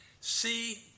See